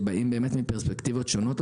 שבאים לבעיה הזו מפרספקטיבות שונות,